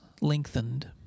lengthened